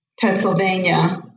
Pennsylvania